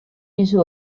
pisu